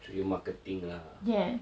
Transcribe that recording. so you marketing lah